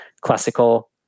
classical